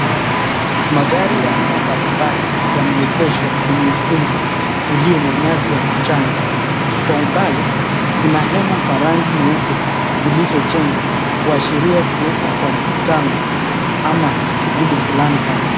Magari ya aina mbali mbali yameegeshwa kwenye ukumbi uliona nyasi ya kijani, kwa umbali kuna hema za rangi nyeupe zilizojengwa kuashiria kuwepo kwa mkutano ama shughuli fulani hapa.